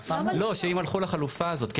לא, שאם הלכו לחלופה הזאת.